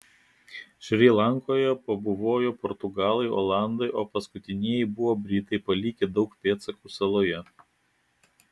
šri lankoje pabuvojo portugalai olandai o paskutinieji buvo britai palikę daug pėdsakų saloje